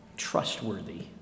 trustworthy